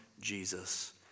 Jesus